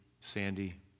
Sandy